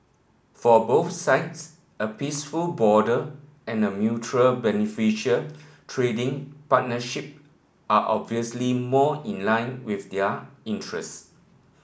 for both sides a peaceful border and a mutually beneficial trading partnership are obviously more in line with their interest